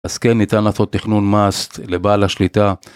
אז כן ניתן לעשות תכנון must לבעל השליטה.